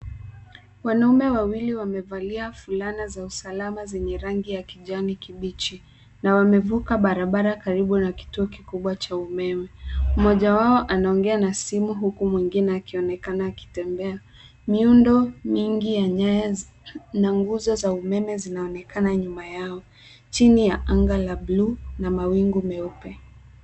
Wanaume wawili wamevalia fulana za usalama zenye rangi ya kijani kibichi na wamevuka barabara karibu na kituo kikubwa cha umeme. Mmoja wao anaongea na simu huku mwingine akionekana akitembea. Miundo mingi ya nyaya na nguzo za umeme zinaonekana nyuma yao chini ya anga la bluu na maingu nyeupe.